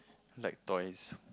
like toys